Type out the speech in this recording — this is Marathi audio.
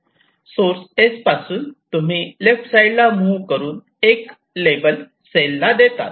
सोर्स S पासून तुम्ही लेफ्ट साईडला मुव्ह करून 1 लेबल सेल ला देतात